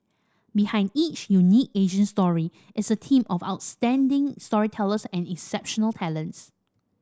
behind each unique Asian story is a team of outstanding storytellers and exceptional talents